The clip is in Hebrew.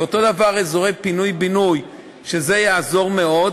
ואותו דבר אזורי פינוי-בינוי, שזה יעזור מאוד.